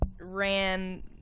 ran